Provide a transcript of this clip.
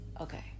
Okay